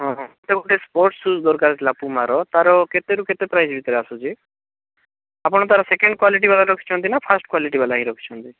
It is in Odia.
ହଁ ମୋତେ ଗୋଟେ ସ୍ପୋର୍ଟ୍ସ ସୁଜ୍ ଦରକାର ଥିଲା ପୁମାର ତାର କେତେରୁ କେତେ ପ୍ରାଇସ୍ ଭିତରେ ଆସୁଛି ଆପଣ ତାର ସେକଣ୍ଡ କ୍ଵାଲିଟି ବାଲା ରଖିଛନ୍ତି ନା ଫାଷ୍ଟ୍ କ୍ଵାଲିଟି ବାଲା ହିଁ ରଖିଛନ୍ତି